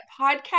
podcast